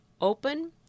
open